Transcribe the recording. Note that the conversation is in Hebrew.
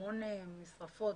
שמונה משרפות,